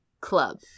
club